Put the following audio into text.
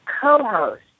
co-host